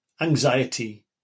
anxiety